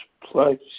place